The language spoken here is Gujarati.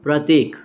પ્રતીક